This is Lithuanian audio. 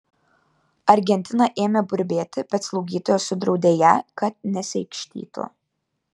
argentina ėmė burbėti bet slaugytoja sudraudė ją kad nesiaikštytų